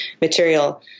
material